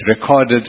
recorded